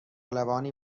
لبانی